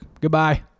goodbye